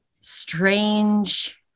strange